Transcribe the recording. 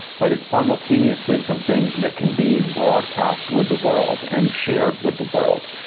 but it's simultaneously something that can be broadcast with the world and shared with the world.